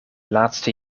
laatste